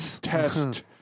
test